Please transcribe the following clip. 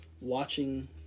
watching